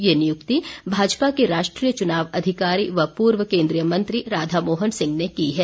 ये नियुक्ति भाजपा के राष्ट्रीय चुनाव अधिकारी व पूर्व केंद्रीय मंत्री राधामोहन सिंह ने की है